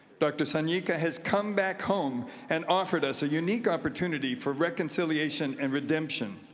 dr. sanika has come back home and offered us a unique opportunity for reconciliation and redemption,